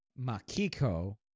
Makiko